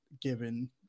given